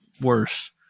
worse